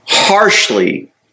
harshly